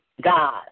God